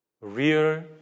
real